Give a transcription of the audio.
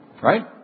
Right